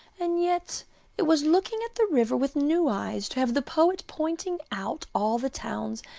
and yet it was looking at the river with new eyes to have the poet pointing out all the towns,